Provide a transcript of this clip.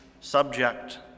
subject